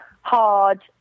hard